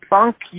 Funk